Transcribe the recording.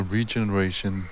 Regeneration